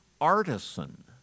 Artisan